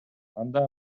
анда